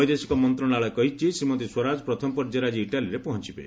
ବୈଦେଶିକ ମନ୍ତ୍ରଣାଳୟ କହିଛି ଶ୍ରୀମତୀ ସ୍ୱରାଜ ପ୍ରଥମ ପର୍ଯ୍ୟାୟରେ ଆଜି ଇଟାଲୀରେ ପହଞ୍ଚିବେ